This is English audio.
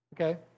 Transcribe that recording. Okay